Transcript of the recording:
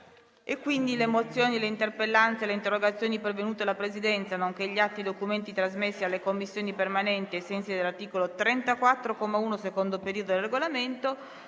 Le mozioni, le interpellanze e le interrogazioni pervenute alla Presidenza, nonché gli atti e i documenti trasmessi alle Commissioni permanenti ai sensi dell'articolo 34, comma 1, secondo periodo, del Regolamento